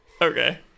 Okay